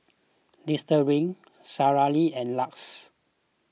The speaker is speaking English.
Listerine Sara Lee and Lux